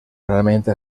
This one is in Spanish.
realmente